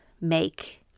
make